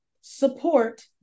support